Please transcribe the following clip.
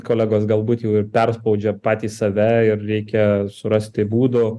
kolegos galbūt jau ir perspaudžia patys save ir reikia surasti būdų